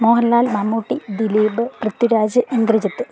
Mohanlal Mammootty Dileep Prithviraj Indrajith